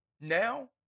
Now